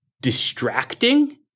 distracting